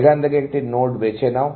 সেখান থেকে একটি নোড বেছে নাও